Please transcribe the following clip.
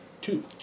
two